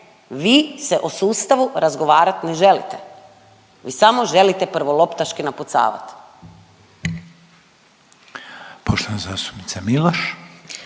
vi se o sustavu razgovarat ne želite, vi samo želite samo prvoloptaški napucavat. **Reiner, Željko